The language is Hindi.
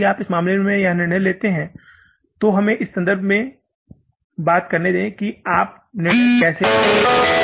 इसलिए यदि आप इस मामले में यहाँ निर्णय लेते हैं तो हमें इस संदर्भ में बात करने दें कि आप निर्णय कैसे लेंगे